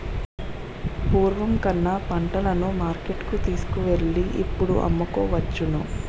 పూర్వం కన్నా పంటలను మార్కెట్టుకు తీసుకువెళ్ళి ఇప్పుడు అమ్ముకోవచ్చును